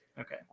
Okay